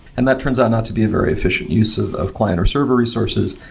and that turns out not to be a very efficient use of of client or server resources,